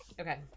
Okay